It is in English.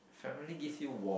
family gives you warmth